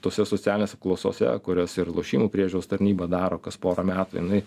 tose socialinėse apklausose kurias ir lošimų priežiūros tarnyba daro kas porą metų jinai